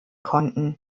konnten